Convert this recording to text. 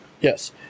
yes